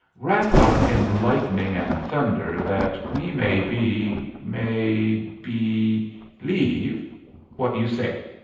wrap up in lightning and thunder that we may be may be lieve what you say.